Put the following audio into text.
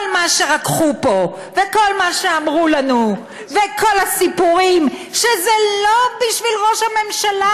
כל מה שרקחו פה וכל מה שאמרו לנו וכל הסיפורים שזה לא בשביל ראש הממשלה,